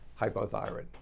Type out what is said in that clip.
hypothyroid